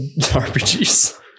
RPGs